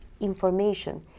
information